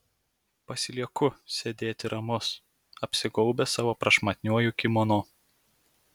pasilieku sėdėti ramus apsigaubęs savo prašmatniuoju kimono